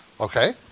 Okay